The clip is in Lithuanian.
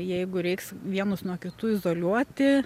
jeigu reiks vienus nuo kitų izoliuoti